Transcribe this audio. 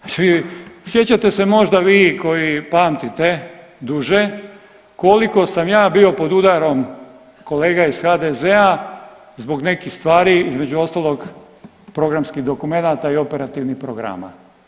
Znači vi sjećate se možda vi koji pamtite duže koliko sam ja bio pod udarom kolega iz HDZ-a zbog nekih stvari između ostalog programskih dokumenata i operativnih programa.